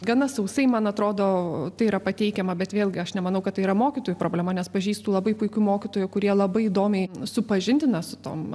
gana sausai man atrodo tai yra pateikiama bet vėlgi aš nemanau kad tai yra mokytojų problema nes pažįstu labai puikių mokytojų kurie labai įdomiai supažindina su tom